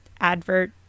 advert